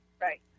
Right